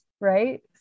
right